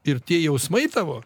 ir tie jausmai tavo